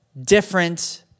different